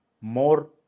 more